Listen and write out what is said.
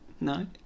No